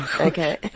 Okay